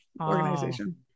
organization